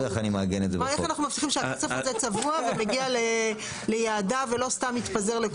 איך אנחנו מבטיחים שהתקציב הזה צבוע ומגיע ליעדו ולא סתם מתפזר.